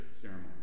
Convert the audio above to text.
ceremony